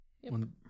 One